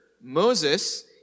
Moses